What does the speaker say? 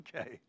Okay